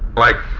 like,